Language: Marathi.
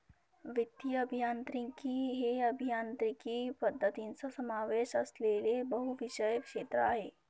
वित्तीय अभियांत्रिकी हे अभियांत्रिकी पद्धतींचा समावेश असलेले बहुविषय क्षेत्र आहे